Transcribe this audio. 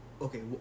okay